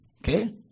Okay